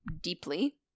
deeply